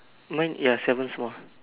mine ya seven small